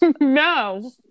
no